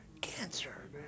cancer